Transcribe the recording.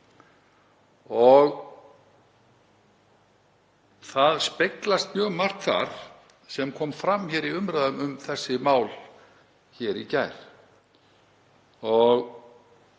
og þar speglast mjög margt sem kom fram í umræðum um þessi mál hér í gær.